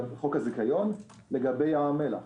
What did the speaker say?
חוק הזיכיון, לגבי ים המלח.